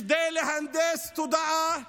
כדי להנדס תודעה